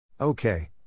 Okay